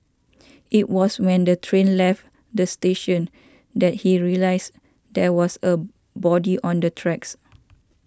it was when the train left the station that he realised there was a body on the tracks